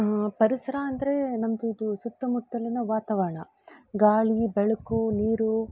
ಪರಿಸರ ಅಂದರೆ ನಮ್ಮದು ಇದು ಸುತ್ತಮುತ್ತಲಿನ ವಾತಾವರಣ ಗಾಳಿ ಬೆಳಕು ನೀರು